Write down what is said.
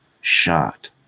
shot